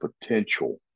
potential